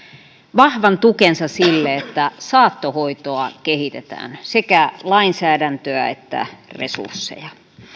vahvan tukensa sille että saattohoitoa kehitetään sekä lainsäädäntöä että resursseja